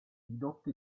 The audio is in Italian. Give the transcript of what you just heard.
ridotte